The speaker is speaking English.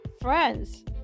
friends